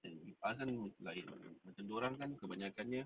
and with azan lain macam dia orang kan kebanyakkannya